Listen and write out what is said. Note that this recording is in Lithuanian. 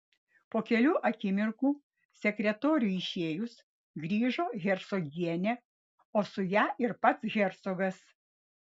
po kelių akimirkų sekretoriui išėjus grįžo hercogienė o su ja ir pats hercogas